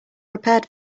prepared